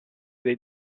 dei